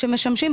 שמשמשים,